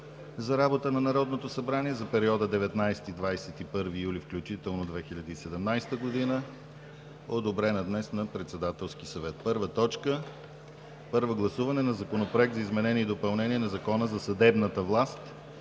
за работа на Народното събрание за периода 19 – 21 юли 2017 г., одобрена днес на Председателския съвет: „1. Първо гласуване на Законопроекта за изменение и допълнение на Закона за съдебната власт.